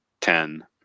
ten